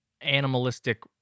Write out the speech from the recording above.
animalistic